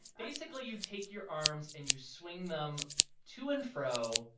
basically, you take your arms. and you swing them to and fro.